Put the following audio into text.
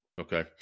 Okay